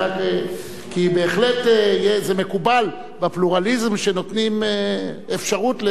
בהחלט זה מקובל בפלורליזם שנותנים אפשרות,